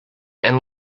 and